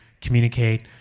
communicate